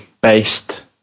based